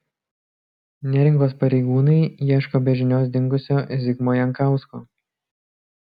neringos pareigūnai ieško be žinios dingusio zigmo jankausko